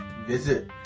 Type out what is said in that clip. visit